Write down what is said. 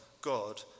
God